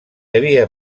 havia